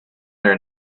their